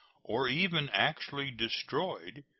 or even actually destroyed,